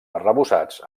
arrebossats